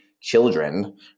children